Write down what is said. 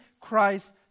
Christ